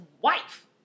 wife